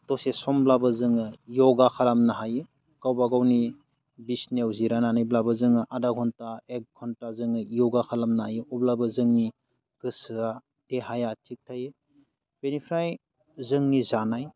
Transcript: दसे समब्लाबो जोङो य'गा खालामनो हायो गावबागावनि बिसनायाव जिरायनानैब्लाबो जोङो आदा घन्टा एक घन्टा जोङो य'गा खालामनो हायो अब्लाबो जोंनि गोसोआ देहाया थिग थायो बेनिफ्राय जोंनि जानाय